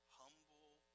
humble